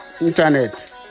internet